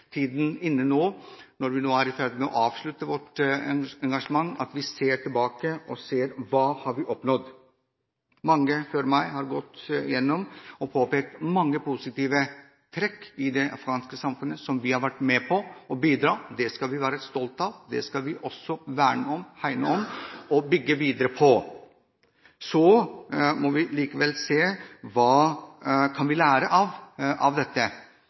tiden inne for å se tilbake på hva vi har oppnådd. Mange før meg har gått igjennom og påpekt mange positive trekk ved det afghanske samfunnet, der vi har vært med å bidra – det skal vi være stolt av. Det skal vi også verne om, hegne om og bygge videre på. Vi må likevel se på hva vi kan lære av dette.